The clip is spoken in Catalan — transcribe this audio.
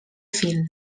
fil